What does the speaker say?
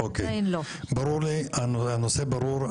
הנושא ברור.